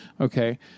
okay